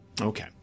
Okay